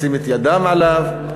לשים את ידן עליו.